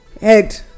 head